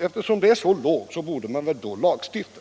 Eftersom det är förhållandet, borde man lagstifta,